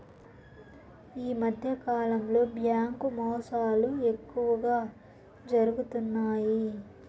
ఈ మధ్యకాలంలో బ్యాంకు మోసాలు ఎక్కువగా జరుగుతున్నాయి